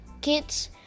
kids